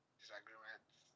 disagreements